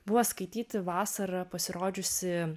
buvo skaityti vasarą pasirodžiusį